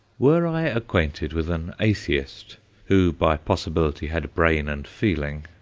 were i acquainted with an atheist who, by possibility, had brain and feeling,